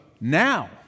Now